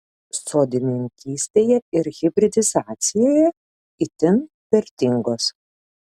sodininkystėje ir hibridizacijoje itin vertingos